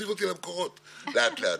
היא חשובה מאוד להכשרה טכנולוגית,